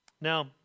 Now